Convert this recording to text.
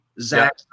Zach